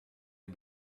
and